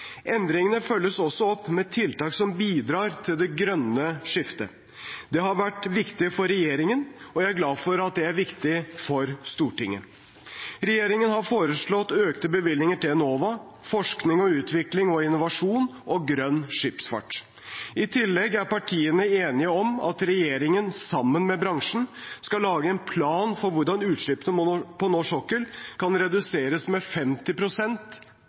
Endringene følges også opp med tiltak som bidrar til det grønne skiftet. Det har vært viktig for regjeringen, og jeg er glad for at det er viktig for Stortinget. Regjeringen har foreslått økte bevilgninger til Enova, forskning og utvikling, innovasjon og grønn skipsfart. I tillegg er partiene enige om at regjeringen sammen med bransjen skal lage en plan for hvordan utslippene på norsk sokkel kan reduseres med